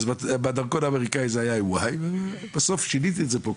אז בדרכון האמריקאי זה לא היה עם Y ובסוף שיניתי את האיות פה,